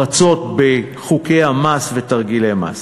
ניצול פרצות בחוקי המס ותרגילי מס.